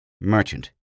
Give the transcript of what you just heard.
merchant